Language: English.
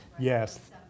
yes